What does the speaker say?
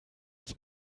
uns